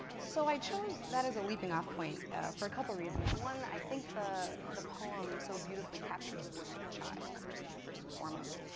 so i chose that is a leaping-off point for a couple of reasons. one i think the the poem so beautifully captured the voice of a child, first and first and foremost.